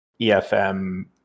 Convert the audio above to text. EFM